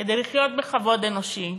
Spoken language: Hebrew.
כדי לחיות בכבוד אנושי,